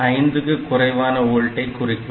5 க்கு குறைவான ஒல்ட்டை குறிக்கும்